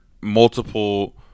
multiple